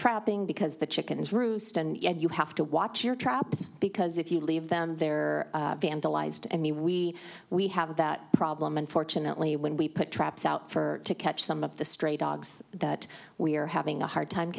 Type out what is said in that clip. trapping because the chickens roost and you have to watch your traps because if you leave them there vandalized and me we we have that problem unfortunately when we put traps out for to catch some of the stray dogs that we are having a hard time